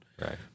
Right